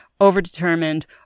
over-determined